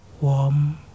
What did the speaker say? warm